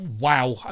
wow